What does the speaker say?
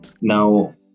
Now